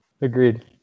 agreed